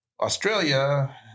Australia